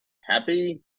happy